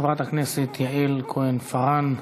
חברת הכנסת יעל כהן-פארן.